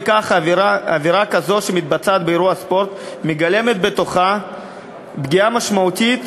עבירה כזו שמתבצעת באירוע ספורט מגלמת בתוכה פגיעה משמעותית